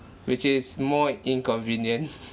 which is more inconvenient